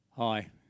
Hi